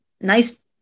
nice